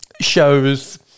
shows